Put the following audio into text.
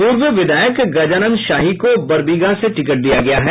पूर्व विधायक गजानंद शाही को बरबीघा से टिकट दिया गया है